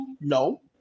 no